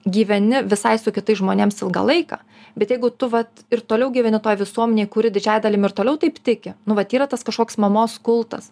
gyveni visai su kitais žmonėms ilgą laiką bet jeigu tu vat ir toliau gyveni toj visuomenėj kuri didžiąja dalim ir toliau taip tiki nu vat yra tas kažkoks mamos kultas